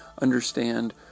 understand